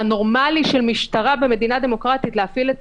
הנורמלי של משטרה במדינה דמוקרטית להפעיל את